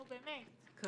נו, באמת.